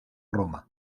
roma